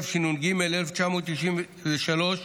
תשנ"ג 1993,